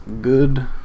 good